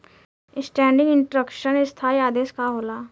Standing instruction स्थाई आदेश का होला?